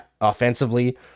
offensively